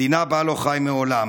מדינה שבה לא חי מעולם,